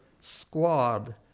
squad